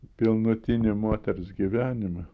pilnutinį moters gyvenimą